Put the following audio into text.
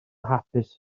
hapus